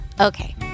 Okay